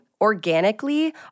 organically